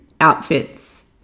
outfits